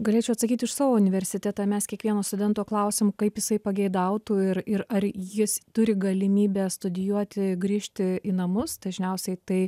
galėčiau atsakyti už savo universitetą mes kiekvieno studento klausiam kaip jisai pageidautų ir ir ar jis turi galimybę studijuoti grįžti į namus dažniausiai tai